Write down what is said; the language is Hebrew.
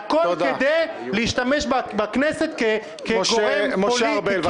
והכול כדי להשתמש בכנסת כגורם פוליטי,